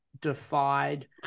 defied